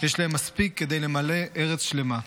יש להם מספיק כדי למלא ארץ שלמה.